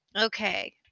Okay